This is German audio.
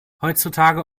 heutzutage